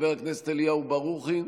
חבר הכנסת אליהו ברוכי,